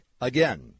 Again